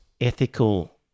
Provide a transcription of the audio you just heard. ethical